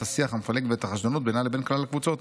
השיח המפלג ואת החשדנות בינה לבין כלל הקבוצות.